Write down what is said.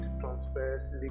transfers